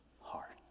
heart